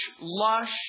lush